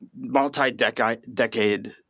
multi-decade